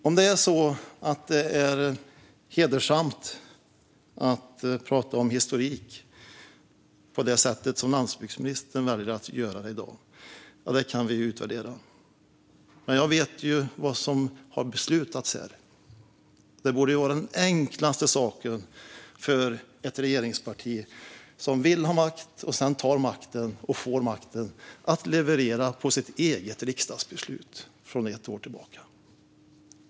Om det är hedersamt att prata om historik på det sätt som landsbygdsministern väljer att göra i dag kan utvärderas. Men jag vet vad som har beslutats här. Det borde vara den enklaste sak för ett regeringsparti som vill ha makten och sedan får den att leverera på sitt eget riksdagsbeslut från ett år tillbaka.